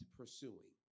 pursuing